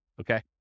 Okay